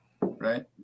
Right